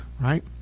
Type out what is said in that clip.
right